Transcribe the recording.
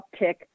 uptick